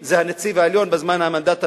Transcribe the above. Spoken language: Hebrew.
הוא הנציב העליון בזמן המנדט הבריטי,